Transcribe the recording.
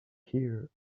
here